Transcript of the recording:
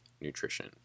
nutrition